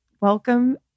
Welcome